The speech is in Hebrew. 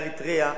מאריתריאה,